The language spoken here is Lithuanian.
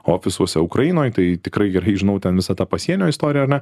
ofisuose ukrainoj tai tikrai gerai žinau ten visą tą pasienio istoriją ar ne